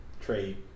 trade